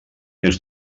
els